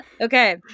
Okay